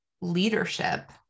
leadership